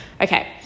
Okay